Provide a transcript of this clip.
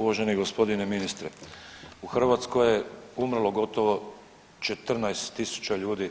Uvaženi gospodine ministre u Hrvatskoj je umrlo gotovo 14000 ljudi